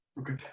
Okay